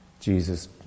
Jesus